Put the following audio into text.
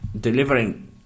delivering